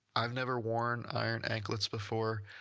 i've never worn iron anklets before.